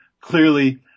clearly